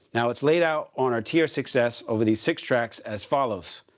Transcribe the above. now it's laid out on our tr six s over these six tracks as follows.